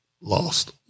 Lost